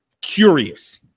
curious